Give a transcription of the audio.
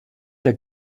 der